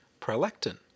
prolactin